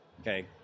okay